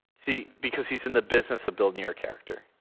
see because he's in the business of building your character.